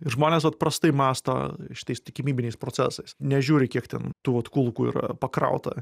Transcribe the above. ir žmonės vat prastai mąsto šitais tikimybiniais procesais nežiūri kiek ten tų vat kulkų yra pakrauta